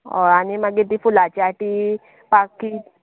हय आनी मागीर ती फुलांची आटी फाती